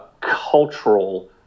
cultural